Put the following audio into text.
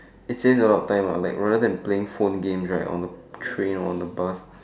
it saves a lot of time lah like rather than playing phone games right on the train on the bus